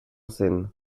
scène